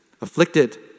afflicted